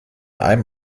einem